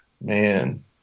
Man